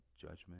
judgment